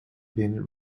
been